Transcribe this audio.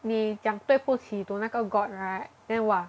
你讲对不起 to 那个 god right then !wah!